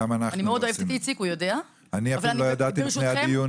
רגע לפני הדיון